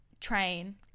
train